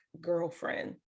girlfriend